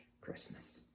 Christmas